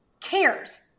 cares